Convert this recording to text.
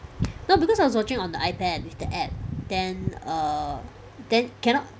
no because I was watching on the Ipad with the app then err then cannot